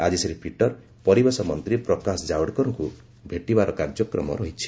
ଆଜି ଶ୍ରୀ ପିଟର ପରିବେଶ ମନ୍ତ୍ରୀ ପ୍ରକାଶ ଜାଓଡେକରଙ୍କୁ ଭେଟିବାର କାର୍ଯ୍ୟକ୍ରମ ରହିଛି